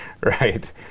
Right